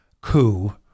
coup